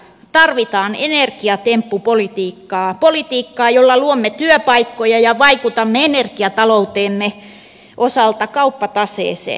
tarvitaan energiatemppupolitiikkaa politiikkaa jolla luomme työpaikkoja ja vaikutamme energiataloutemme osalta kauppataseeseen